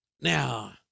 Now